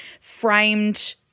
framed